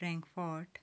Frankfurt